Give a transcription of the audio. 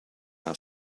our